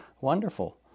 wonderful